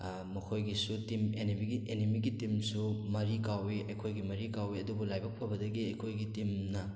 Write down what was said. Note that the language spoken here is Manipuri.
ꯃꯈꯣꯏꯒꯤꯁꯨ ꯇꯤꯝ ꯑꯦꯅꯤꯃꯤꯒꯤ ꯇꯤꯝꯁꯨ ꯃꯔꯤ ꯀꯥꯎꯏ ꯑꯩꯈꯣꯏꯒꯤ ꯃꯔꯤ ꯀꯥꯎꯏ ꯑꯗꯨꯕꯨ ꯂꯥꯏꯕꯛ ꯐꯕꯗꯒꯤ ꯑꯩꯈꯣꯏꯒꯤ ꯇꯤꯝꯅ